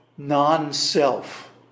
non-self